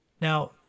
Now